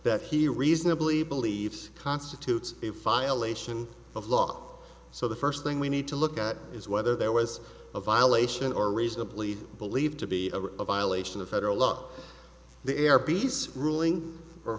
that he reasonably believes constitutes a file ation of law so the first thing we need to look at is whether there was a violation or reasonably believed to be a violation of federal law the air piece ruling